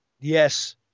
yes